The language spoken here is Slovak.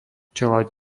čeľaď